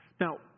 Now